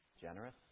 generous